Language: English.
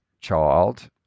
child